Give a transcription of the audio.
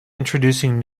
introducing